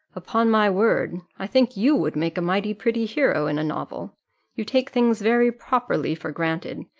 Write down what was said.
upon my word i think you would make a mighty pretty hero in a novel you take things very properly for granted,